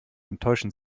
enttäuschen